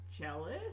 jealous